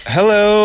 Hello